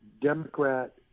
Democrat